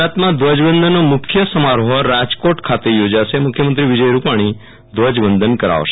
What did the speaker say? ગુજરાતમાં ધ્વજ વંદનનો મુખ્ય સમારોહ રાજકોટ ખાતે યોજાશેમુખ્યમંત્રી વિજય રૂપાણી ધ્વજવંદન કરાવશે